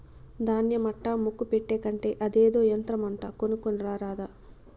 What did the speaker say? దాన్య మట్టా ముక్క పెట్టే కంటే అదేదో యంత్రమంట కొనుక్కోని రారాదా